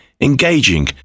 engaging